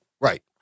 right